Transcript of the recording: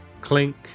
clink